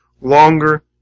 longer